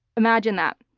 imagine that.